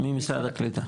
ממשרד הקליטה.